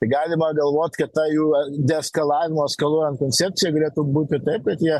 tai galima galvot kad ta jų deeskalavimo eskaluojent koncepcija galėtų būti taip kad jie